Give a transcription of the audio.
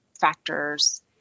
factors